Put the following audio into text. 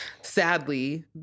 sadly